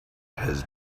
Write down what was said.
his